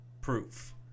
proof